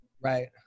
Right